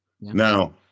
now